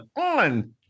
on